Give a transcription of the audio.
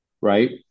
right